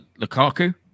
Lukaku